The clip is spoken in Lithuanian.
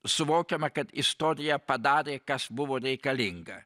suvokiama kad istorija padarė kas buvo reikalinga